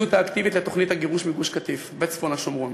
מההתנגדות האקטיבית לתוכנית הגירוש מגוש-קטיף וצפון השומרון.